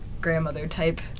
grandmother-type